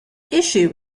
issue